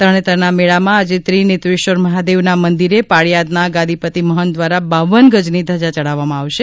તરણેતરના મેળામાં આજે ત્રિનેત્રેશ્વર મહાદેવના મંદિરે પાળિયાદના ગાદિપતિ મહંત દ્વારા બાવન ગજની ધજા ચડાવવામાં આવશે